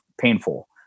painful